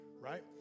Right